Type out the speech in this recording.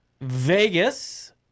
Vegas